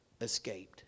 escaped